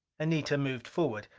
anita moved forward.